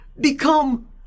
become